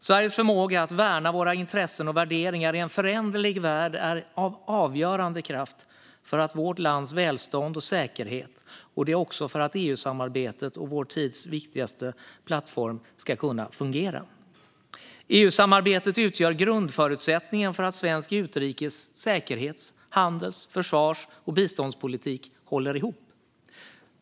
Sveriges förmåga att värna våra intressen och värderingar i en föränderlig värld är en avgörande kraft för vårt lands välstånd och säkerhet, och det gäller också för att EU-samarbetet, vår tids viktigaste plattform, ska fungera. EU-samarbetet utgör grundförutsättningen för att svensk utrikes-, säkerhets-, handels-, försvars och biståndspolitik ska hålla ihop.